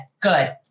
Good